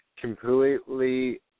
completely